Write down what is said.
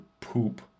poop